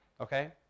Okay